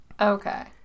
Okay